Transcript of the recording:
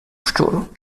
szczur